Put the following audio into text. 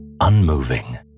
unmoving